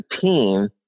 team